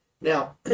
Now